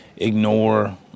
ignore